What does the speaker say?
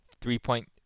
three-point